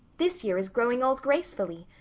this year is growing old gracefully.